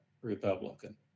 Republican